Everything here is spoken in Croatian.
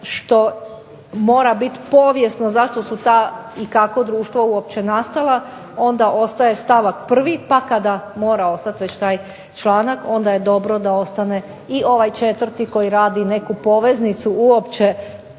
što mora biti povijesno zašto su ta i kako društva uopće nastala onda ostaje stavak 1. pa kada mora ostati već taj članak onda je dobro da ostane i ovaj 4. koji radi neku poveznicu uopće